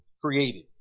created